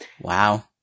Wow